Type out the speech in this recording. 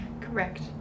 correct